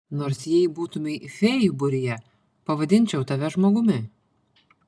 nors jei būtumei fėjų būryje pavadinčiau tave žmogumi